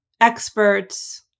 experts